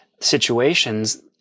situations